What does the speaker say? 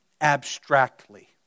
abstractly